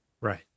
Right